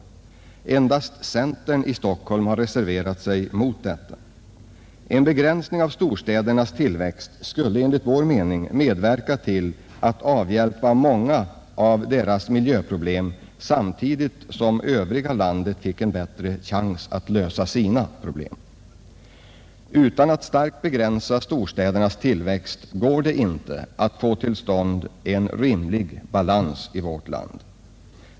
Endast centern har i Stockholm reserverat sig mot detta. En begränsning av storstädernas tillväxt skulle enligt vår mening medverka till att avhjälpa många av deras miljöproblem samtidigt som det övriga landet fick en bättre chans att lösa sina problem. Utan att starkt begränsa storstädernas tillväxt är det inte möjligt att få till stånd en rimlig balans i vårt land.